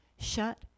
shut